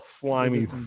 slimy